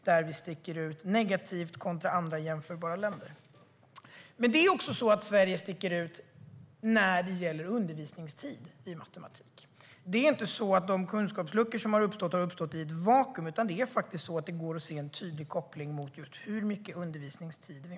Där sticker vi ut negativt jämfört med andra länder. Sverige sticker också ut i fråga om undervisningstid i matematik. De kunskapsluckor som har uppstått har inte uppstått i ett vakuum, utan det går att se en tydlig koppling till undervisningstiden.